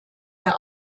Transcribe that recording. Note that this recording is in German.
der